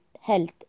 health